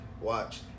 watch